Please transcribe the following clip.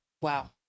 Wow